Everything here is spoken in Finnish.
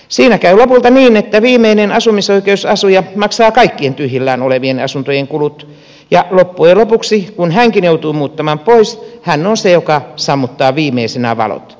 siinä käy lopulta niin että viimeinen asumisoikeusasuja maksaa kaikkien tyhjillään olevien asuntojen kulut ja loppujen lopuksi kun hänkin joutuu muuttamaan pois hän on se joka sammuttaa viimeisenä valot